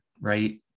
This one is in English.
right